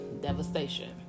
devastation